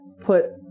put